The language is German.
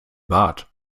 bart